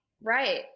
Right